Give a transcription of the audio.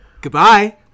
Goodbye